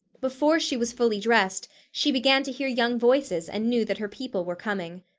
before she was fully dressed she began to hear young voices and knew that her people were coming.